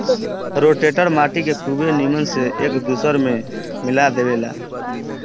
rotator माटी के खुबे नीमन से एक दूसर में मिला देवेला